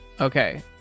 Okay